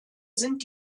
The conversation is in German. sind